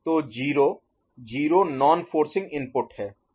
तो 0 0 non forcing input है